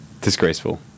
disgraceful